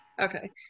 Okay